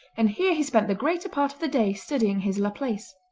and here he spent the greater part of the day studying his laplace.